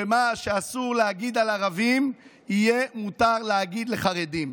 שמה שאסור להגיד על ערבים יהיה מותר להגיד על חרדים.